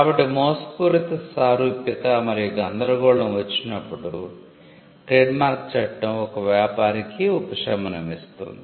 కాబట్టి 'మోసపూరిత సారూప్యత మరియు గందరగోళం' వచ్చినప్పుడు ట్రేడ్మార్క్ చట్టం ఒక వ్యాపారికి ఉపశమనం ఇస్తుంది